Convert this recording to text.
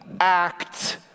act